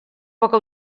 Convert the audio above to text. poca